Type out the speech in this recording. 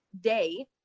day